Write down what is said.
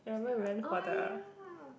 oh ya